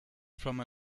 from